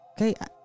Okay